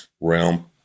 realm